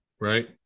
right